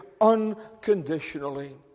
unconditionally